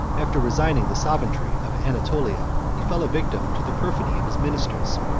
after resigning the sovereignty of anatolia, he fell a victim to the perfidy of his ministers,